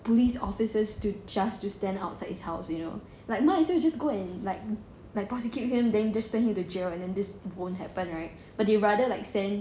police officers to just to stand outside his house you know like might as well you just go and like like prosecute him then you just send him to jail then this won't happen right but they rather like send